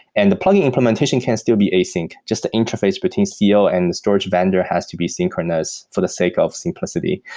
and the plugging implementation can still be async. just the interface between co and the storage vendor has to be synchronous for the sake of simplicity.